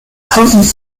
potent